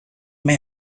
may